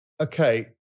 Okay